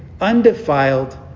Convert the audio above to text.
undefiled